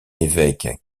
évêque